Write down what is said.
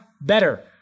better